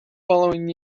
following